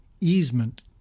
easement